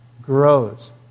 grows